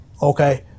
okay